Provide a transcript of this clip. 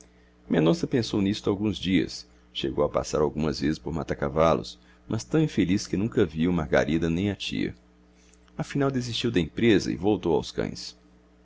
aqui mendonça pensou nisto alguns dias chegou a passar algumas vezes por mata cavalos mas tão infeliz que nunca viu margarida nem a tia afinal desistiu da empresa e voltou aos cães